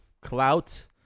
clout